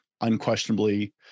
unquestionably